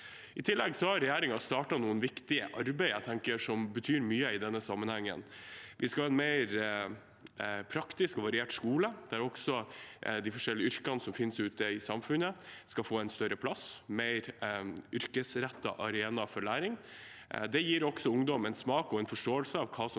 I tillegg har regjeringen startet noen viktige arbeider som jeg tenker betyr mye i denne sammenhengen. Vi skal ha en mer praktisk og variert skole, der også de forskjellige yrkene som finnes ute i samfunnet, skal få en større plass – en mer yrkesrettet arena for læring. Det gir også ungdom en smak og en forståelse av hva som